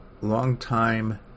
longtime